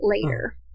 later